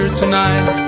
tonight